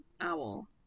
owl